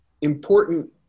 important